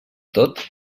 tot